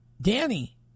Danny